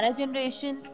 generation